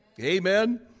Amen